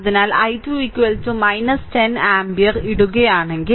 അതിനാൽ I2 10 ampere ഇടുകയാണെങ്കിൽ